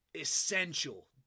essential